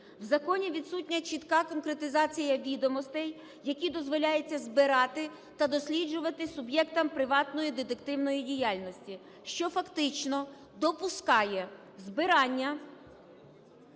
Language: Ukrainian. в законі відсутня чітка конкретизація відомостей, які дозволяється збирати та досліджувати суб'єктам приватної детективної діяльності, що фактично допускає збирання